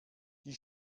die